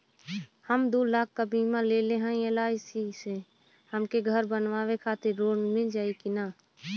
हम दूलाख क बीमा लेले हई एल.आई.सी से हमके घर बनवावे खातिर लोन मिल जाई कि ना?